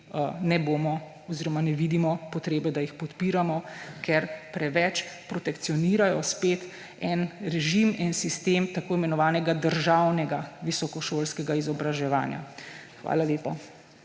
ne bomo oziroma ne vidimo potrebe, da jih podpiramo, ker preveč protekcionirajo spet en režim, en sistem tako imenovanega državnega visokošolskega izobraževanja. Hvala lepa.